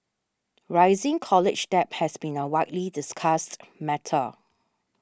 rising college debt has been a widely discussed matter